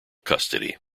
custody